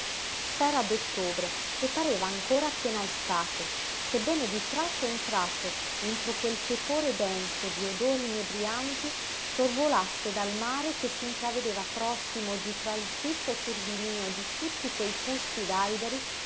limoni s'era d'ottobre e pareva ancora piena estate sebbene di tratto in tratto entro quel tepore denso di odori inebrianti sorvolasse dal mare che s'intravedeva prossimo di tra il fitto turbinío di tutti quei fusti d'alberi